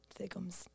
thickums